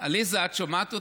את שומעת אותי?